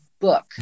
book